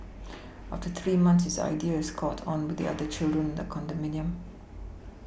after three months his idea has caught on with other children in the condominium